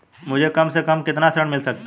मुझे कम से कम कितना ऋण मिल सकता है?